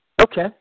Okay